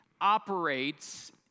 operates